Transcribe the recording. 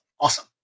awesome